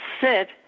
sit